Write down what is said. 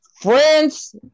France